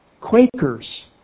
Quakers